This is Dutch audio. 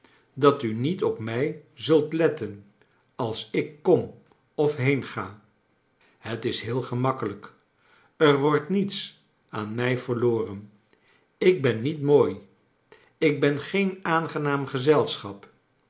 dat u niet op mij zult letten als ik kom of heenga het is heel gemakkelijk er wordt niets aan mij verloren ik ben niet mooi ik ben geen aangenaam gezelschap